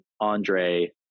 Andre